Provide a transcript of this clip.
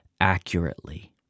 accurately